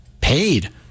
paid